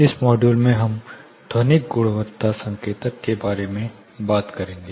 इस मॉड्यूल में हम ध्वनिक गुणवत्ता संकेतक के बारे में बात करेंगे